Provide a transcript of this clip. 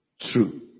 true